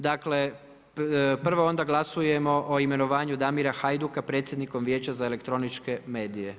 Dakle, prvo onda glasujemo o imenovanju Damiru Hajduka, predsjednikom Vijeća za elektroničke medije.